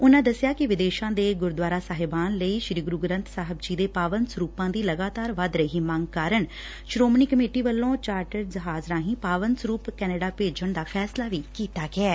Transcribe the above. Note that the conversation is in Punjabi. ਉਨਾਂ ਦਸਿਆ ਕਿ ਵਿਦੇਸਾਂ ਦੇ ਗੁਰਦੁਆਰਾ ਸਾਹਿਬਾਨ ਲਈ ਸ੍ਰੀ ਗੁਰੁ ਗ੍ਰੰਥ ਸਾਹਿਬ ਜੀ ਦੇ ਪਾਵਨ ਸਰੂਪਾ ਦੀ ਲਗਾਤਾਰ ਵੱਧ ਰਹੀ ਮੰਗ ਕਾਰਨ ਸ੍ਰੋਮਣੀ ਕਮੇਟੀ ਵੱਲੋਂ ਚਾਰਟਰ ਜਹਾਜ਼ ਰਾਹੀ ਪਾਵਨ ਸਰੂਪ ਕੈਨੇਡਾ ਭੇਜਣ ਦਾ ਫੈਸਲਾ ਕੀਤਾ ਗਿਐ